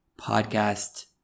podcast